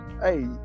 hey